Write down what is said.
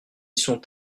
sont